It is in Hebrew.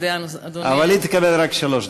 אבל היא תקבל רק שלוש דקות.